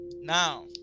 now